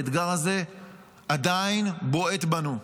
האתגר הזה עדיין בועט בנו.